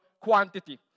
quantity